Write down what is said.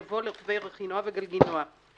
יבוא "לרוכבי רכינוע וגלגינוע"";